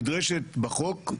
נדרשת בחוק,